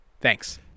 Thanks